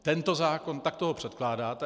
Tento zákon, takto ho předkládáte.